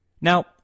now